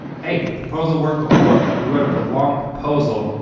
hey, the proposal work before we wrote up a long proposal,